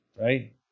Right